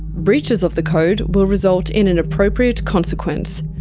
breaches of the code. will result in an appropriate consequence.